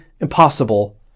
impossible